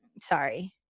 sorry